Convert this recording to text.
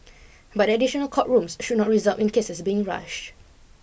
but the additional court rooms should not result in cases being rushed